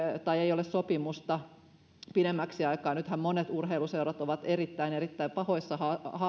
tai ei ole sopimusta pidemmäksi aikaa nythän monet urheiluseurat ovat erittäin erittäin pahoissa